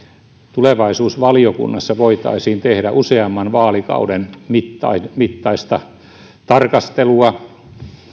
tulevaisuusvaliokunnassa voitaisiin tehdä useamman vaalikauden mittaista mittaista tarkastelua